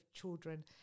children